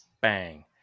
bang